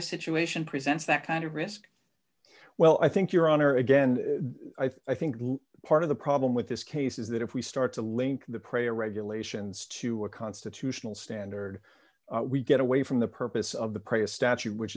of situation presents that kind of risk well i think your honor again i think part of the problem with this case is that if we start to link the prayer regulations to a constitutional standard we get away from the purpose of the previous statute which